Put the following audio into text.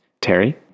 Terry